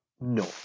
No